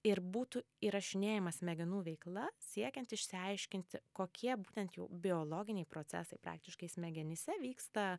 ir būtų įrašinėjama smegenų veikla siekiant išsiaiškinti kokie būtent jų biologiniai procesai praktiškai smegenyse vyksta